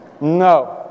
No